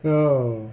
oh